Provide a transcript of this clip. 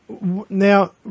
now